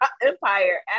Empire